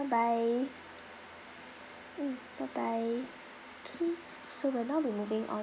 bye bye mm bye bye okay so we'll now be moving on